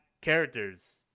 characters